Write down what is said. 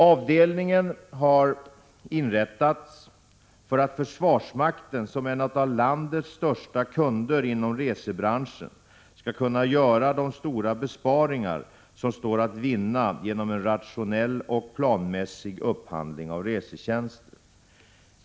Avdelningen har inrättats för att försvarsmakten som en av landets största kunder inom resebranschen skall kunna göra de stora besparingar som står att vinna genom en rationell och planmässig upphandling av resetjänster.